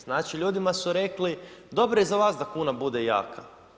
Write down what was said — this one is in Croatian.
Znači ljudima su rekli dobro je za vas da kuna bude jaka.